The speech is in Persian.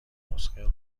نسخه